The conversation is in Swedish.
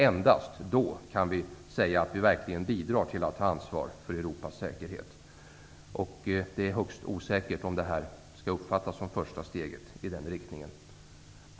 Endast då kan vi säga att vi verkligen bidrar till att ta ansvar för Europas säkerhet. Men det är högst osäkert om detta kan uppfattas som första steget i den riktningen.